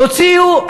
תוציאו,